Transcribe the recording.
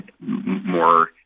more